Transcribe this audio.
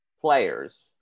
players